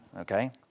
okay